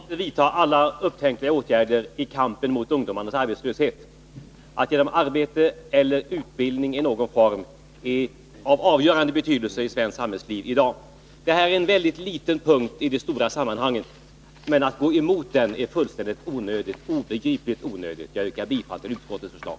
Herr talman! Vi måste vidta alla upptänkliga åtgärder i kampen mot ungdomarnas arbetslöshet. Att ge dem arbete eller ubildning i någon form är av avgörande betydelse i svenskt samhällsliv i dag. Detta är en mycket liten punkt i det stora sammanhanget. Men att gå emot den är obegripligt onödigt. Jag yrkar bifall till utskottets förslag.